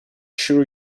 sure